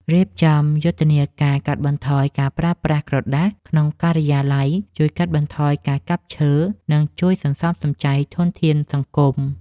រៀបចំយុទ្ធនាការកាត់បន្ថយការប្រើប្រាស់ក្រដាសក្នុងការិយាល័យជួយកាត់បន្ថយការកាប់ឈើ និង ជួយសន្សំសំចៃធនធានសង្គម។